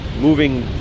moving